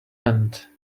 end